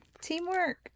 teamwork